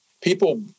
People